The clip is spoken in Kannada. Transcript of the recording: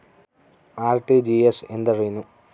ಆರ್.ಟಿ.ಜಿ.ಎಸ್ ಎಂದರೇನು?